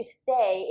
stay